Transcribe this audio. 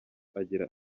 agira